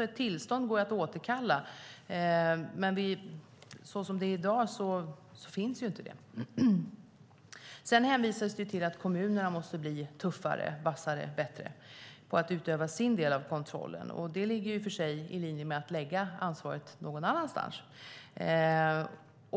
Ett tillstånd går att återkalla, men som det är i dag finns ju inte något sådant. Det hänvisas till att kommunerna måste bli tuffare, vassare och bättre på att utöva sin del av kontrollen. Det ligger i och för sig i linje med att lägga ansvaret någon annanstans.